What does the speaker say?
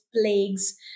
plagues